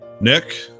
Nick